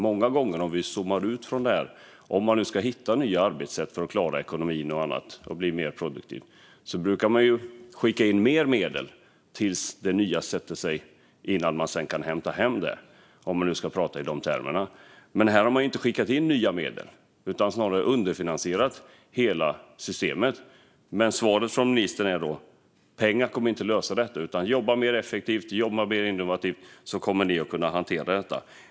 Låt mig zooma ut från detta: Många gånger när man ska hitta nya arbetssätt för att klara ekonomin och annat och bli mer produktiv brukar man skicka in mer medel tills det nya sätter sig och man kan hämta hem det, om vi nu ska prata i de termerna. Men här har man inte skickat in nya medel utan snarare underfinansierat hela systemet. Svaret från ministern är att pengar inte kommer att lösa detta utan att den som jobbar mer effektivt och mer innovativt kommer att kunna hantera detta.